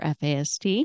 FAST